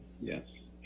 Yes